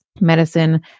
medicine